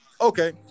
okay